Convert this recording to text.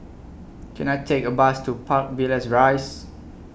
Can I Take A Bus to Park Villas Rise